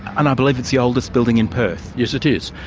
and i believe it's the oldest building in perth. yes it is.